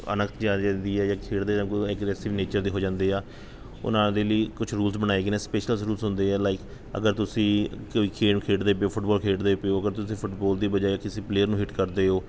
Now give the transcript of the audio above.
ਅਣਖ ਜਾਰੀ ਰਹਿੰਦੀ ਆ ਜਾਂ ਖੇਡਦੇ ਹੈ ਅੱਗੋਂ ਅਗ੍ਰੇਸਿਵ ਨੇਚਰ ਦੇ ਹੋ ਜਾਂਦੇ ਆ ਉਹਨਾਂ ਦੇ ਲਈ ਕੁਛ ਰੂਲਸ ਬਣਾਏ ਗਏ ਨੇ ਸਪੈਸ਼ਲ ਰੂਲਸ ਹੁੰਦੇ ਆ ਲਾਈਕ ਅਗਰ ਤੁਸੀਂ ਕੋਈ ਖੇਡ ਖੇਡਦੇ ਪਏ ਹੋ ਫੁੱਟਬਾਲ ਖੇਡਦੇ ਪਏ ਹੋ ਅਗਰ ਤੁਸੀਂ ਫੁੱਟਬਾਲ ਦੀ ਵਜਾਏ ਕਿਸੀ ਪਲੇਅਰ ਨੂੰ ਹਿੱਟ ਕਰਦੇ ਹੋ